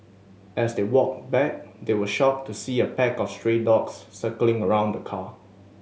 as they walked back they were shocked to see a pack of stray dogs circling around the car